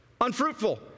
Unfruitful